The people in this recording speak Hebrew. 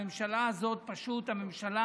הממשלה הזאת היא פשוט הממשלה